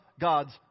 God's